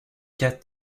cas